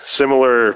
similar